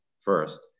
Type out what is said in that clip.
first